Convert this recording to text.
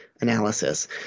analysis